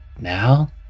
now